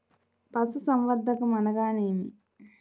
పశుసంవర్ధకం అనగా ఏమి?